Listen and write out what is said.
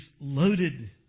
loaded